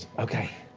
okay.